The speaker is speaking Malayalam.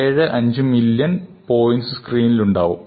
75 മില്യൺ പോയിൻറ് സ്ക്രീനിൽ ഉണ്ടാവും